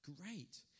Great